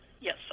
yes